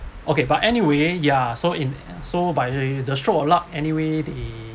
okay but anyway ya so in so by the the stroke of luck anyway they